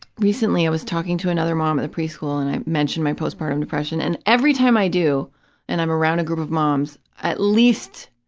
recently, i was talking to another mom at the preschool and i mentioned my postpartum depression, and every time i do and i'm around a group of moms, at least,